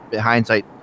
hindsight